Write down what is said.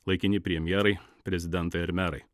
laikini premjerai prezidentai ar merai